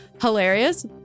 Hilarious